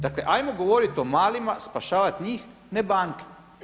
Dakle ajmo govoriti o malima, spašavati njih ne banke.